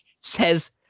says